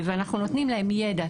אנחנו נותנים להם ידע,